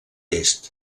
est